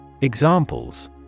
Examples